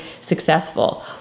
successful